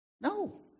No